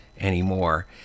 anymore